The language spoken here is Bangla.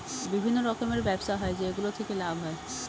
বিভিন্ন রকমের ব্যবসা হয় যেগুলো থেকে লাভ হয়